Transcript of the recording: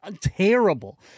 terrible